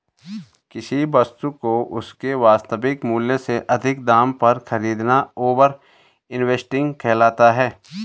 किसी वस्तु को उसके वास्तविक मूल्य से अधिक दाम पर खरीदना ओवर इन्वेस्टिंग कहलाता है